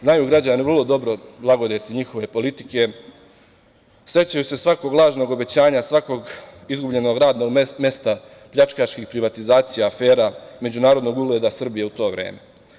Znaju građani vrlo dobro blagodeti njihove politike, sećaju se svakog lažnog obećanja, svakog izgubljenog radnog mesta, pljačkaških privatizacija, afera međunarodnog ugleda Srbije u to vreme.